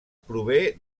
prové